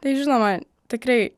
tai žinoma tikrai